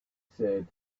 said